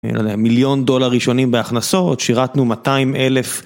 המיליון דולר ראשונים בהכנסו עוד שירתנו 200,000